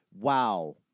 wow